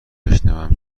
بشنوم